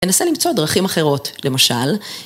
‫ננסה למצוא דרכים אחרות, למשל.